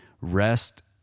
rest